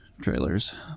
trailers